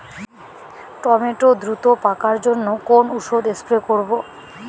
Tomato দ্রুত পাকার জন্য কোন ওষুধ স্প্রে করব?